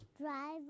Drive